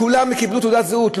כולם קיבלו תעודת זהות.